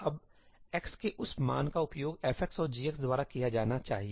अब x के उस मान का उपयोग f और g द्वारा किया जाना चाहिए